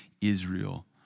Israel